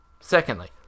Secondly